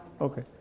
Okay